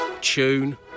Tune